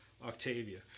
Octavia